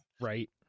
right